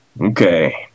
Okay